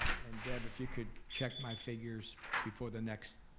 and deb if you could check my figures before the next